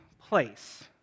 place